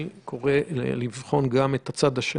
אני קורא לבחון גם את הצד השני.